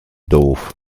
doof